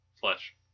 flesh